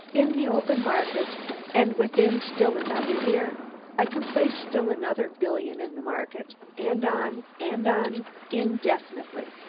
in the open market and within still another year i can place still another billion in the market and on and on indefinitely.